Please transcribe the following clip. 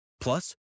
Plus